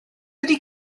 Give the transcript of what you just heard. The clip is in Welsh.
ydy